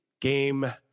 Game